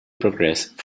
progressed